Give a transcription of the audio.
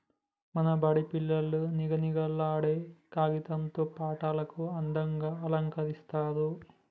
మా బడి పిల్లలు నిగనిగలాడే కాగితం తో పాఠశాలను అందంగ అలంకరిస్తరు